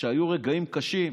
כשהיו רגעים קשים,